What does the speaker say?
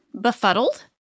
befuddled